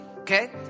Okay